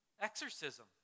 exorcism